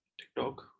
TikTok